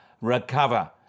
recover